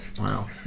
wow